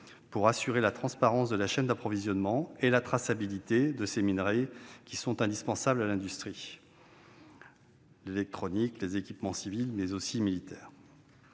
pour assurer la transparence de la chaîne d'approvisionnement et la traçabilité de ces minerais, qui sont indispensables à l'industrie, à l'électronique, aux équipements civils, mais aussi militaires.